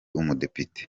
umudepite